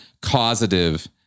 causative